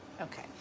Okay